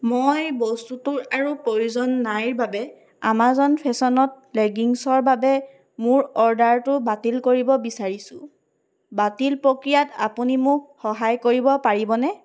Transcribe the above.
মই বস্তুটোৰ আৰু প্ৰয়োজন নাইৰ বাবে আমাজন ফেশ্বনত লেগিংছৰ বাবে মোৰ অৰ্ডাৰটো বাতিল কৰিব বিচাৰিছোঁ বাতিল প্ৰক্ৰিয়াত আপুনি মোক সহায় কৰিব পাৰিবনে